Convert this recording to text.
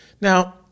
Now